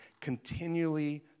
continually